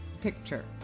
picture